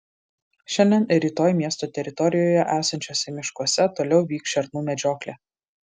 šiandien ir rytoj miesto teritorijoje esančiuose miškuose toliau vyks šernų medžioklė